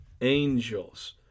angels